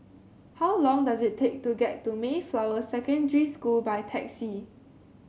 how long does it take to get to Mayflower Secondary School by taxi